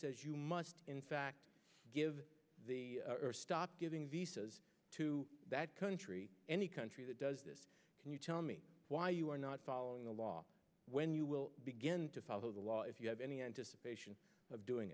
says you must in fact give the stop giving visas to that country any country that does this can you tell me why you are not following the law when you will begin to follow the law if you have any anticipation of doing